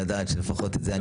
לדעת שלפחות בזה אני עומד.